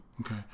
Okay